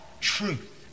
truth